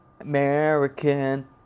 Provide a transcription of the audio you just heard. American